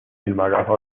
silmaga